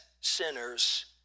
sinners